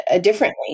Differently